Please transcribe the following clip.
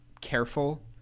careful